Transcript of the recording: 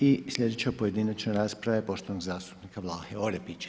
I sljedeća pojedinačna rasprava je poštovanog zastupnika Vlahe Orepića.